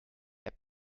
app